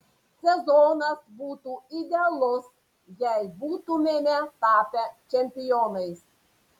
sezonas būtų idealus jei būtumėme tapę čempionais